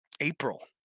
April